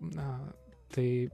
na tai